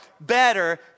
better